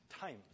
times